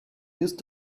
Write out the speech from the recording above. used